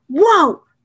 whoa